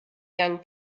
young